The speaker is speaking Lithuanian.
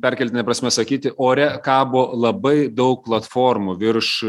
perkeltine prasme sakyti ore kabo labai daug platformų virš